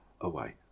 away